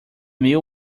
meal